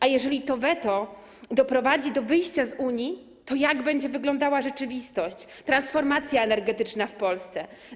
A jeżeli to weto doprowadzi do wyjścia z Unii, to jak będzie wyglądała rzeczywistość, transformacja energetyczna w Polsce?